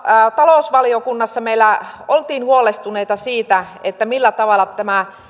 talousvaliokunnassa meillä oltiin huolestuneita siitä millä tavalla